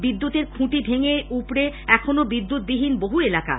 বিদ্যতের খুঁটি ভেঙ্গেউপড়ে এখনো বিদ্যুৎবিহীন বহু এলাকা